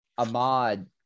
Ahmad